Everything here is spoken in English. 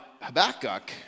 Habakkuk